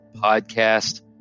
podcast